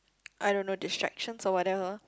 I don't know distractions or whatever